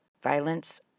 Violence